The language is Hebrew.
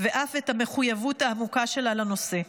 ואף את המחויבות העמוקה שלה לנושא.